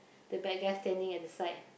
the bad guy standing at the side